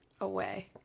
away